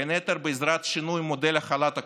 בין היתר בעזרת שינוי מודל החל"ת הכושל,